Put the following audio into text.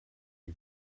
die